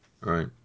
Right